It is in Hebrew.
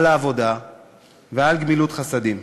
על העבודה ועל גמילות חסדים.